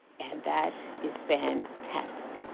and that is fantastic.